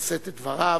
לשאת את דבריו.